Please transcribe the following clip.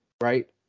right